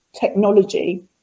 technology